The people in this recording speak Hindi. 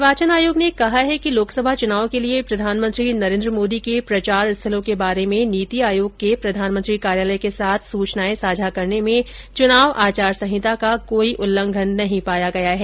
निर्वाचन आयोग ने कहा है कि लोकसभा चुनाव के लिए प्रधानमंत्री नरेन्द्र मोदी के प्रचार स्थलों के बारे में नीति आयोग के प्रधानमंत्री कार्यालय के साथ सूचनाएं साझा करने में चुनाव आचार संहिता का कोई उल्लंघन नहीं पाया गया है